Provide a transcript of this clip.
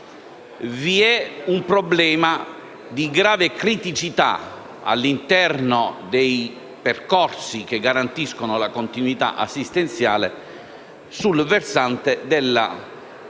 vi è un problema di grave criticità all'interno dei percorsi che garantiscono la continuità assistenziale sul versante della garanzia